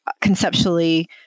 conceptually